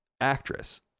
actress